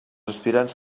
aspirants